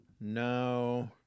no